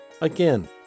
Again